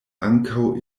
ankaŭ